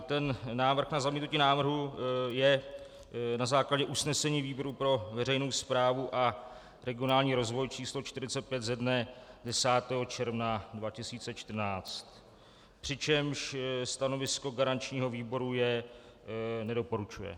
Tento návrh na zamítnutí návrhu je na základě usnesení výboru pro veřejnou správu a regionální rozvoj č. 45 ze dne 10. června 2014, přičemž stanovisko garančního výboru je, že nedoporučuje.